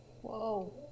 Whoa